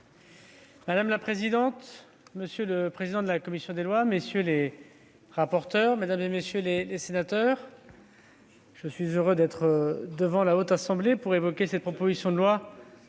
Madame la présidente, monsieur le président de la commission des lois, messieurs les rapporteurs, mesdames, messieurs les sénateurs, je suis heureux de me présenter devant la Haute Assemblée pour évoquer cette proposition de loi